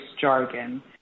jargon